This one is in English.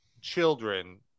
children